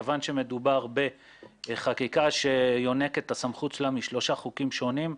מכיוון שמדובר בחקיקה שיונקת את הסמכות שלה משלושה חוקים שונים,